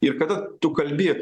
ir kada tu kalbi